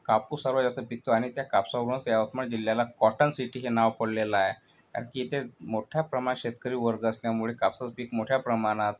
कापूस सर्वात जास्त पिकतो आणि त्या कापसावरूनच यवतमाळ जिल्ह्याला कॉटन सिटी हे नाव पडलेलं आहे कारण की इथेच मोठ्या प्रमाणात शेतकरी वर्ग असल्यामुळे कापसाचं पीक मोठ्या प्रमाणात